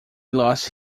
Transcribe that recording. lost